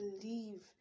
believe